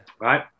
right